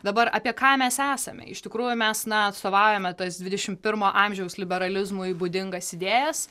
dabar apie ką mes esame iš tikrųjų mes na atstovaujame tas didešim pirmo amžiaus liberalizmui būdingas idėjas